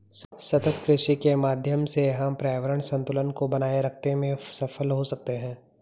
सतत कृषि के माध्यम से हम पर्यावरण संतुलन को बनाए रखते में सफल हो सकते हैं